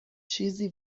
چیزی